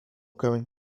going